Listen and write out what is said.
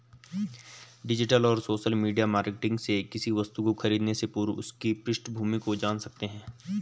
digital और social media marketing से किसी वस्तु को खरीदने से पूर्व उसकी पृष्ठभूमि को जान सकते है